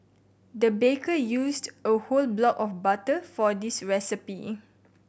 the baker used a whole block of butter for this recipe